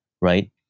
right